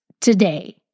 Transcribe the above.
today